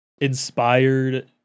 inspired